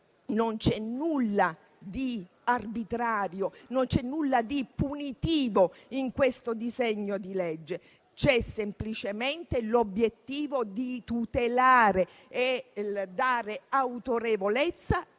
non c'è nulla di arbitrario, non c'è nulla di punitivo in questo disegno di legge. C'è semplicemente l'obiettivo di tutelare e dare autorevolezza